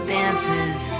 dances